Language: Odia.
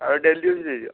ଆଉ ଡେଲି ୟୁଜ୍ ଦେଇଦିଅ